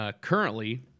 currently